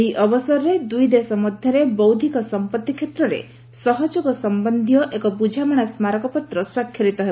ଏହି ଅବସରରେ ଦୁଇଦେଶ ମଧ୍ୟରେ ବୌଦ୍ଧିକ ସମ୍ପଭି କ୍ଷେତ୍ରରେ ସହଯୋଗ ସମ୍ଭନ୍ଧୀୟ ଏକ ବୁଝାମଣା ସ୍କାରକପତ୍ର ସ୍ୱାକ୍ଷରିତ ହେବ